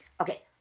Okay